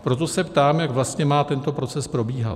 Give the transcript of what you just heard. Proto se ptám, jak vlastně má tento proces probíhat.